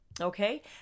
Okay